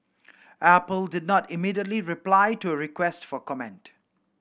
apple did not immediately reply to a request for comment